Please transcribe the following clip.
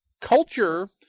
culture